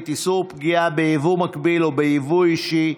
(איסור פגיעה ביבוא מקביל או ביבוא אישי)